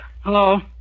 Hello